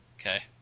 Okay